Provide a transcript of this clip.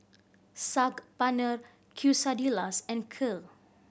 Saag Paneer Quesadillas and Kheer